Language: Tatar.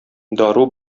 дару